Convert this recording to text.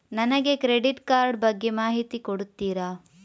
ನನಗೆ credit card ಬಗ್ಗೆ ಮಾಹಿತಿ ಕೊಡುತ್ತೀರಾ?